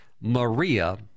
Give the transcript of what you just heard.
Maria